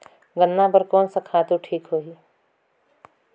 गन्ना बार कोन सा खातु ठीक होही?